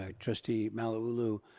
ah trustee malauulu.